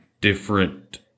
different